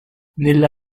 nella